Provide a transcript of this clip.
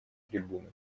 трибуны